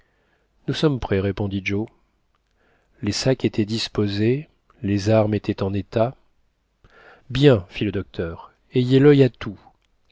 nous sommes prêts répondit joe les sacs étaient disposés les armes étaient en état bien fit le docteur ayez lil à tout